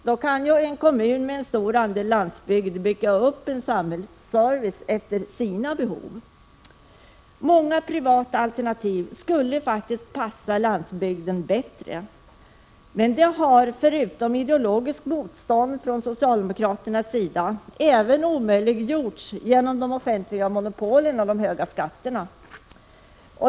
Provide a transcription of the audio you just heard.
Då kan en kommun med en stor andel landsbygd bygga upp en samhällsservice efter sina behov. Många privata alternativ skulle passa landsbygden bättre. Det har omöjliggjorts förutom genom ideologiskt motstånd från socialdemokratisk sida också genom de offentliga monopolen och de höga skatterna.